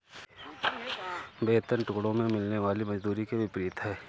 वेतन टुकड़ों में मिलने वाली मजदूरी के विपरीत है